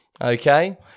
okay